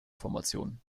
formation